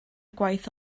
gwaith